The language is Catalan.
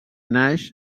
naix